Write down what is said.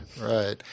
Right